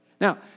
Now